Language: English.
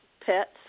pets